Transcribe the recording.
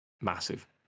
massive